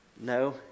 No